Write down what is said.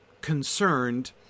concerned